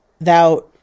thou